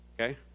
okay